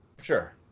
Sure